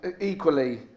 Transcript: equally